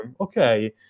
okay